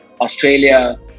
Australia